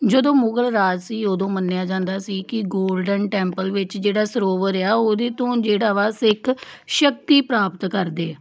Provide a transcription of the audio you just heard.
ਜਦੋਂ ਮੁਗਲ ਰਾਜ ਸੀ ਉਦੋਂ ਮੰਨਿਆ ਜਾਂਦਾ ਸੀ ਕੀ ਗੋਲਡਨ ਟੈਂਪਲ ਵਿੱਚ ਜਿਹੜਾ ਸਰੋਵਰ ਆ ਉਹਦੇ ਤੋਂ ਜਿਹੜਾ ਵਾ ਸਿੱਖ ਸ਼ਕਤੀ ਪ੍ਰਾਪਤ ਕਰਦੇ ਆ